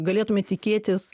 galėtume tikėtis